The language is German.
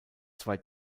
zwei